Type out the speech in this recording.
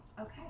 Okay